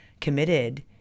committed